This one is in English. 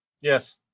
Yes